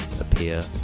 appear